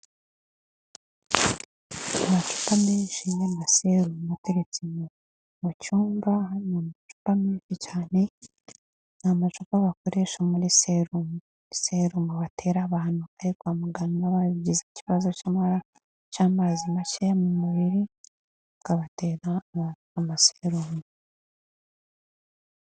Amacupa menshi y'amaserumu ateretse mu cyumba, hari amacupa menshi cyane. Ni amacupa bakoresha muri serumu, serumu batera abantu kwa muganga bagize ikibazo cy'amazi make mu mubiri, bakabatera amaserume.